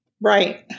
Right